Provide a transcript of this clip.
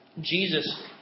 Jesus